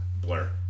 Blur